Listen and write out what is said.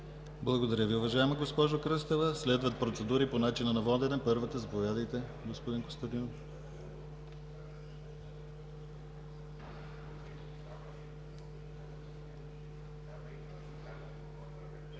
Благодаря Ви, уважаема госпожо Кръстева. Следват процедури по начина на водене. Първата – заповядайте, господин Костадинов.